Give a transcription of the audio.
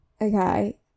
Okay